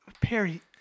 Perry